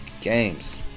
games